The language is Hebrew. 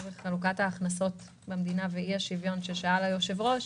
חלוקת ההכנסות במדינה ואי-השוויון שעליו שאל היושב-ראש